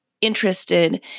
interested